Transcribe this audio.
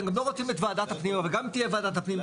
אתם לא רוצים את וועדת הפנים אבל גם אם תהיה וועדת הפנים,